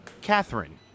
Catherine